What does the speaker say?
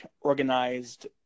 organized